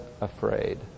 afraid